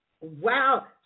Wow